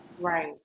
Right